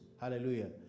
Hallelujah